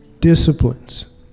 disciplines